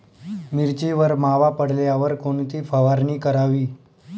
मिरचीवर मावा पडल्यावर कोणती फवारणी करावी?